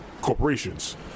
corporations